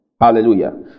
Hallelujah